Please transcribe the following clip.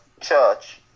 church